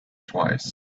twice